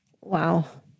Wow